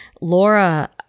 laura